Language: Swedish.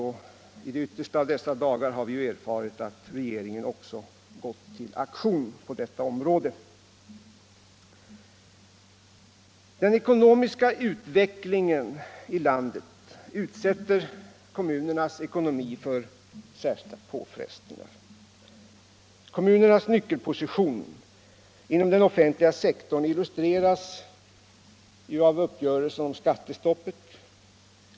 I de yttersta av dessa dagar har vi erfarit att regeringen också gått till aktion på detta område. Den ekonomiska utvecklingen i landet utsätter kommunernas ekonomi för särskilda påfrestningar. Kommunernas nyckelposition inom den offentliga sektorn illustreras av uppgörelsen om skattestoppet.